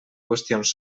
qüestions